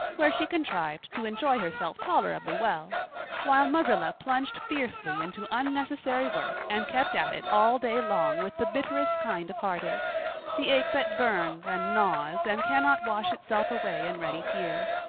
where she contrived to enjoy herself tolerably well while marilla plunged fiercely into unnecessary work and kept at it all day long with the bitterest kind of heartache the ache that burns and gnaws and cannot wash itself away in ready tears.